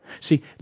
See